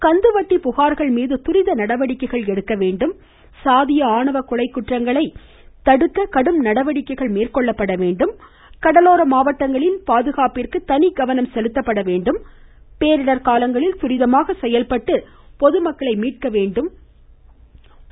கந்து வட்டி புகார்கள் மீது துரித நடவடிக்கை எடுக்க வேண்டும் சாதிய ஆணவக்கொலைக் குற்றங்களை தடுக்க கடும் நடவடிக்கைகளை மேற்கொள்ள வேண்டும் கடலோர மாவட்டங்களில் பாதுகாப்பிற்கு தனி கவனம் செலுத்த வேண்டும் பேரிடர் காலங்களில் துரிதமாக செயல்பட்டு பொதுமக்களை மீட்க வேண்டும் முதலமைச்சர்